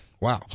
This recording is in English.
Wow